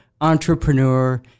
entrepreneur